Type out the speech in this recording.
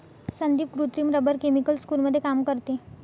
संदीप कृत्रिम rubber chemical स्कूलमध्ये काम करते